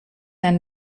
and